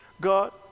God